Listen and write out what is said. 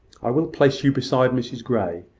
i will place you beside mrs grey.